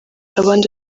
abandi